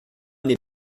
n’est